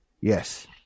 Yes